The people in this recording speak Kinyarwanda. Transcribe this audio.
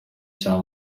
cya